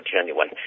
genuine